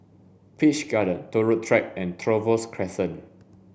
Peach Garden Turut Track and Trevose Crescent